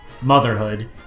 motherhood